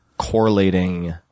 correlating